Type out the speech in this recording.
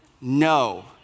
no